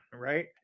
right